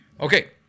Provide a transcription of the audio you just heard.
Okay